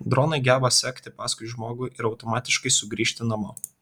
dronai geba sekti paskui žmogų ir automatiškai sugrįžti namo